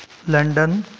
London